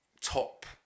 top